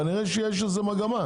כנראה שיש איזו מגמה.